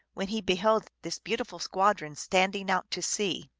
when he beheld this beautiful squadron standing out to sea.